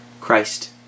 Christ